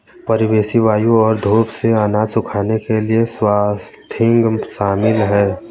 परिवेशी वायु और धूप से अनाज सुखाने के लिए स्वाथिंग शामिल है